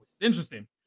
Interesting